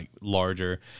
larger